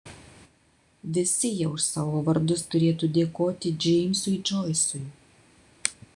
visi jie už savo vardus turėtų dėkoti džeimsui džoisui